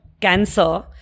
cancer